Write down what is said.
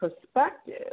perspective